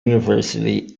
university